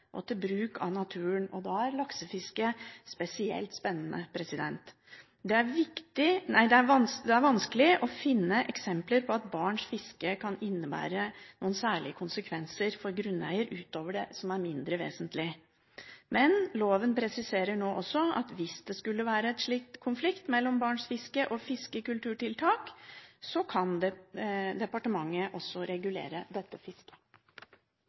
og til bruk av naturen. Da er laksefisket spesielt spennende. Det er vanskelig å finne eksempler på at barns fiske kan innebære noen særlige konsekvenser for grunneier utover det som er mindre vesentlig, men loven presiserer at hvis det skulle være en konflikt mellom barns fiske og fiskekulturtiltak, så kan departementet regulere også dette fisket.